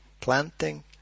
planting